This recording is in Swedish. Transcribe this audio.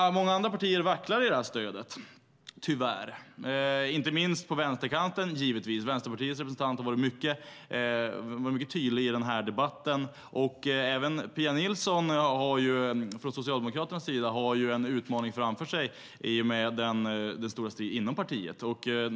Många andra partier vacklar tyvärr i detta stöd, inte minst på vänsterkanten. Vänsterpartiet representant var mycket tydlig i denna debatt. Även Pia Nilsson från Socialdemokraterna har en utmaning framför sig i och med den stora striden inom partiet.